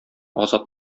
азат